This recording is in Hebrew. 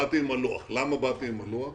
למה באתי עם הלוח?